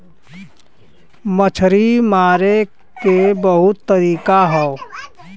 मछरी मारे के बहुते तरीका हौ